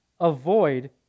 avoid